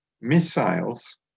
missiles